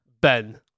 Ben